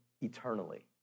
eternally